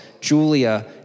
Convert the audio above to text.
Julia